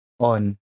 on